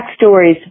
backstories